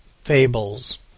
Fables